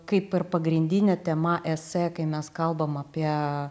kaip ir pagrindinė tema esė kai mes kalbam apie